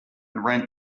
rent